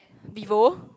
Vivo